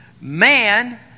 man